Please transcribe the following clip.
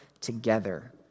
together